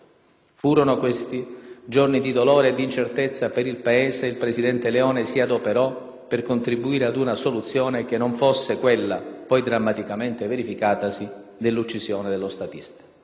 Furono, questi, giorni di dolore e di incertezza per il Paese e il presidente Leone si adoperò per contribuire ad una soluzione che non fosse quella, poi drammaticamente verificatasi, dell'uccisione dello statista.